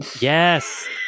Yes